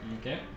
Okay